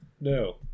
no